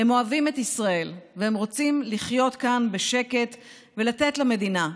הם אוהבים את ישראל והם רוצים לחיות כאן בשקט ולתת למדינה,